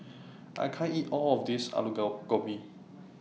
I can't eat All of This Alu Gobi